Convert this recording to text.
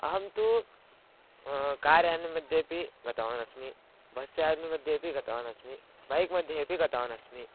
अहं तु कार् यानं मध्येपि गतवान् अस्मि बस् यान मध्येपि गतवान् अस्मि बैक् मध्ये अपि गतवान् अस्मि